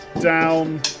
down